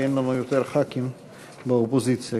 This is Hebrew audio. כי אין לנו יותר חברי כנסת באופוזיציה.